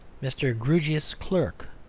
mr. grewgious's clerk,